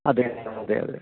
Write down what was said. അതേ അതേ